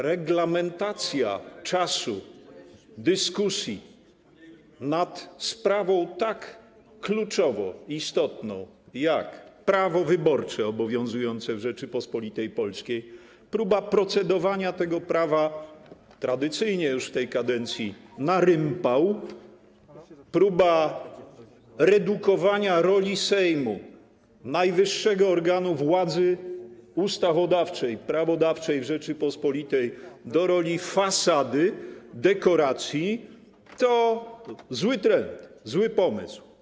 Reglamentacja czasu dyskusji nad sprawą tak kluczową, istotną jak prawo wyborcze obowiązujące w Rzeczypospolitej Polskiej, próba procedowania nad tym prawem, tradycyjnie już w tej kadencji, na rympał, próba redukowania roli Sejmu, najwyższego organu władzy ustawodawczej, prawodawczej w Rzeczypospolitej, do roli fasady, dekoracji to zły trend, zły pomysł.